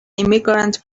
immigrant